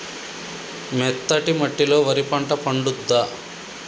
మెత్తటి మట్టిలో వరి పంట పండుద్దా?